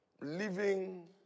living